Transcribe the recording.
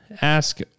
ask